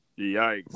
Yikes